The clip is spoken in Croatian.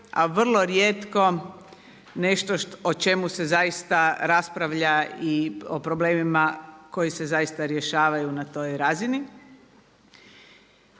a vrlo rijetko nešto o čemu se zaista raspravlja i o problemima koji se zaista rješavaju na toj razini.